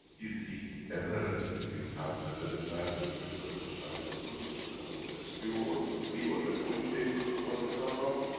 you think ever you'll have another man, in prison in planet zeus, to come and rescue or to free, or negotiate and see what is done wrong?